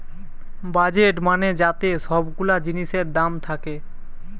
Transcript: budget মানে যাতে সব গুলা জিনিসের দাম থাকে